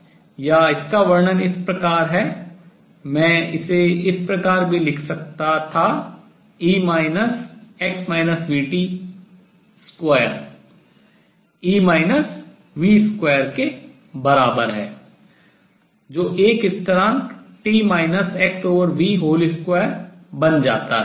या इसका वर्णन इस प्रकार है मैं इसे इस प्रकार भी लिख सकता था e 2 e v2 के बराबर है जो एक स्थिरांक 2 पूर्ण वर्ग बन जाता है